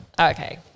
Okay